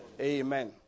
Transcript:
Amen